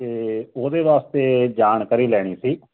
ਤੇ ਉਹਦੇ ਵਾਸਤੇ ਜਾਣਕਾਰੀ ਲੈਣੀ ਸੀ